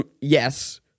Yes